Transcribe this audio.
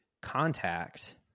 contact